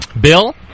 Bill